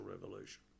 revolution